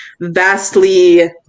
vastly